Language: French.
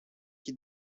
qui